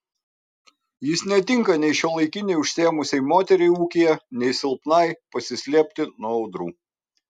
jis netinka nei šiuolaikinei užsiėmusiai moteriai ūkyje nei silpnai pasislėpti nuo audrų